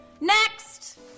Next